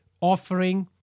offering